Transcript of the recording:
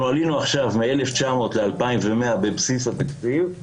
אנחנו עלינו עכשיו מ-1,900 ל-2,100 בבסיס התקציב,